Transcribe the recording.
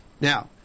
Now